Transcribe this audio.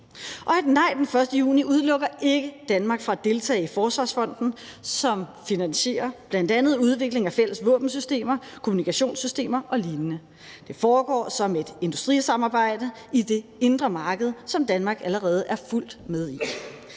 Og et nej den 1. juni udelukker ikke Danmark fra at deltage i Forsvarsfonden, som finansierer bl.a. udvikling af fælles våbensystemer, kommunikationssystemer og lignende. Det foregår som et industrisamarbejde i det indre marked, som Danmark allerede er fuldt med i.